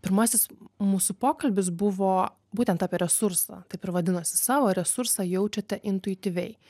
pirmasis mūsų pokalbis buvo būtent apie resursą taip ir vadinosi savo resursą jaučiate intuityviai